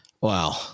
Wow